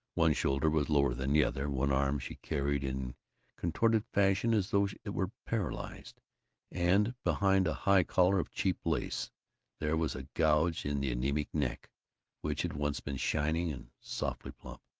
one shoulder was lower than the other one arm she carried in contorted fashion, as though it were paralyzed and behind a high collar of cheap lace there was a gouge in the anemic neck which had once been shining and softly plump.